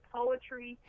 poetry